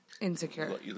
insecure